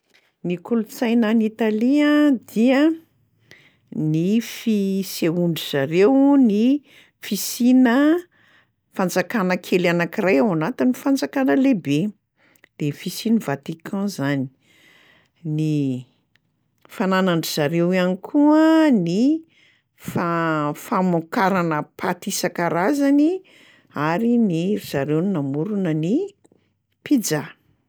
Ny kolontsaina any Italia dia ny fisehoan-dry zareo ny fisiana fanjakana kely anankiray ao anatin'ny fanjakana lehibe, de ny fisian'i Vatican zany. Ny fananan-dry zareo ihany koa ny fa- famokarana paty isan-karazany ary ny- ry zareo no namorona ny pizza.